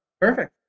Perfect